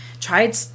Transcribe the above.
tried